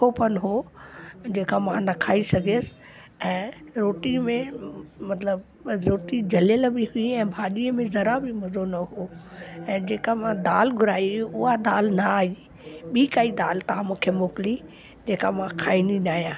तीखोपन हुओ जेका मां न खाई सघियसि ऐं रोटी में मतिलबु रोटी जलियल बि ऐं भाॼीअ में ज़रा बि मज़ो न हुओ ऐं जेका मां दालि घुराई उहा दालि न आई हुई ॿी काई दाल तव्हां मूंखे मोकली जेका मां खाईंदी न आहियां